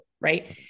Right